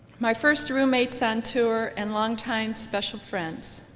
my first roommates on tour and longtime special friends,